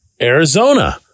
Arizona